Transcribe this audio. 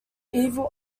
evil